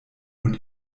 und